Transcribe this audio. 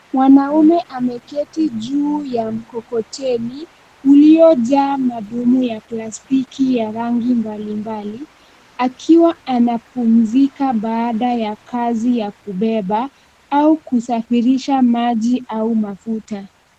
Mwanaume ameketi juu ya mkokoteni uliyojaa madumu ya plastiki ya rangi mbalimbali akiwa anapumzika baada ya kazi ya kubeba au kusafirisha maji au mafuta.